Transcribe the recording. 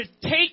take